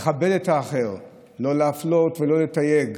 לכבד את האחר, לא להפלות ולא לתייג.